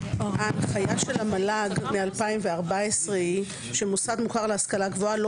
הנחיה של המל"ג מ-2014 היא: "מוסד מוכר להשכלה גבוהה לא